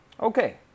Okay